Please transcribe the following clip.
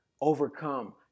overcome